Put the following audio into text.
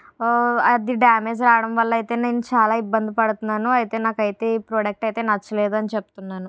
అది డామేజ్ రావడం వల్ల అయితే నేను చాలా ఇబ్బంది పడుతున్నాను అయితే నాకు అయితే ఈ ప్రోడక్ట్ అయితే నచ్చలేదని చెప్తున్నాను